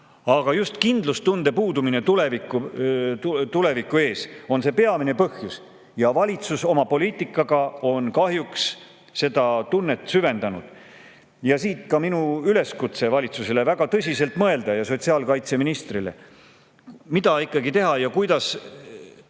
Aga just kindlustunde puudumine tuleviku ees on see peamine põhjus. Ja valitsus oma poliitikaga on kahjuks seda tunnet süvendanud. Ja siit ka minu üleskutse valitsusele ja sotsiaalkaitseministrile väga tõsiselt mõelda, mida ikkagi teha ja kuidas